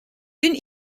une